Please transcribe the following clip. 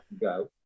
go